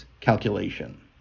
calculation